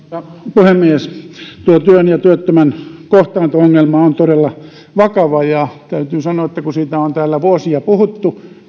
puhemies työn ja työttömän kohtaanto ongelma on todella vakava ja täytyy sanoa että kun siitä on täällä vuosia puhuttu